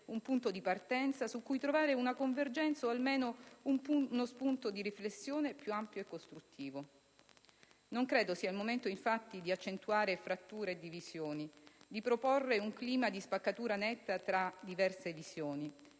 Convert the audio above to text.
un punto di partenza su cui trovare una convergenza o almeno uno spunto di riflessione più ampio e costruttivo. Non credo sia il momento, infatti, di accentuare fratture e divisioni, di proporre un clima di spaccatura netta tra diverse visioni.